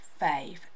fave